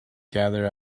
gather